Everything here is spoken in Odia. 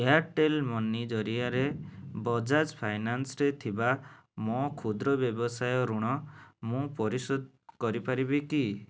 ଏୟାର୍ଟେଲ୍ ମନି ଜରିଆରେ ବଜାଜ ଫାଇନାନ୍ସରେ ଥିବା ମୋ କ୍ଷୁଦ୍ର ବ୍ୟବସାୟ ଋଣ ମୁଁ ପରିଶୋଧ କରିପାରିବି କି